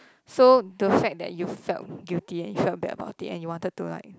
so the fact that you felt guilty and you felt bad about it and you wanted to like